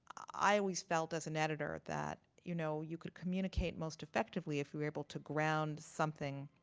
i always felt as an editor that you know you could communicate most effectively if we're able to ground something